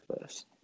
first